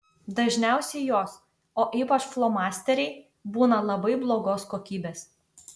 dažniausiai jos o ypač flomasteriai būna labai blogos kokybės